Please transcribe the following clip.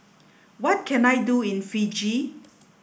what can I do in Fiji